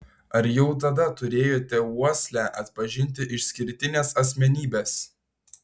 ar jau tada turėjote uoslę atpažinti išskirtines asmenybes